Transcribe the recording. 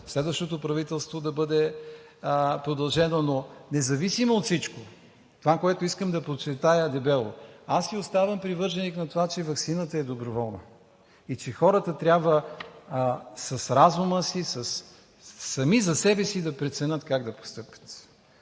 следващото правителство да бъде продължено. Но независимо от всичко, това, което искам да подчертая – дебело, аз си оставам привърженик на това, че ваксината е доброволна и че хората трябва с разума си сами за себе си да преценят как да постъпят.